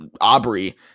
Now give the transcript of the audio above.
Aubrey